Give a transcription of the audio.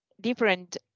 different